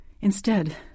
Instead